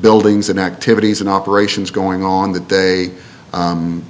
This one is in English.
buildings and activities and operations going on that day